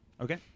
Okay